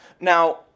Now